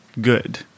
good